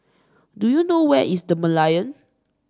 do you know where is The Merlion